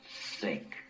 sink